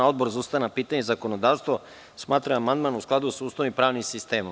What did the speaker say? Odbor za ustavna pitanja i zakonodavstvo smatra da je amandman u skladu sa Ustavom i pravnim sistemom.